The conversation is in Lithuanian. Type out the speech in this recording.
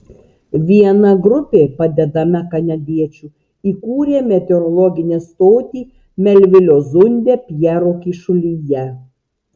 viena grupė padedama kanadiečių įkūrė meteorologinę stotį melvilio zunde pjero kyšulyje